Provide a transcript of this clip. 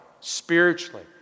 spiritually